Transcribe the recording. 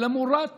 למורת